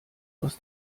aus